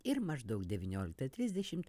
ir maždaug devynioliktą trisdešimt